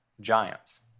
giants